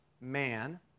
man